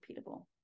repeatable